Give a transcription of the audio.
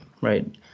right